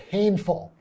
Painful